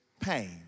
pain